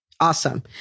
Awesome